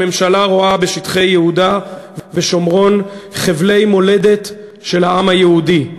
הממשלה רואה בשטחי יהודה ושומרון חבלי מולדת של העם היהודי,